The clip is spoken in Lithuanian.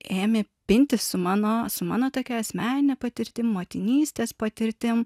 ėmė pintis su mano su mano tokia asmenine patirtim motinystės patirtim